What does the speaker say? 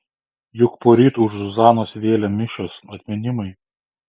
juk poryt už zuzanos vėlę mišios atminimai